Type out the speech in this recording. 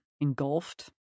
engulfed